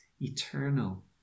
eternal